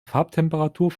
farbtemperatur